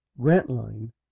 grantline